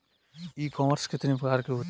ई commerce कितने प्रकार के होते हैं?